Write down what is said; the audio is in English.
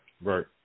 right